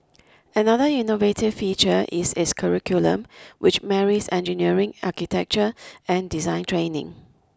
another innovative feature is its curriculum which marries engineering architecture and design training